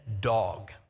dog